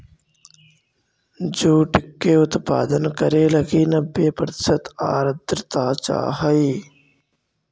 jute के उत्पादन करे लगी नब्बे प्रतिशत आर्द्रता चाहइ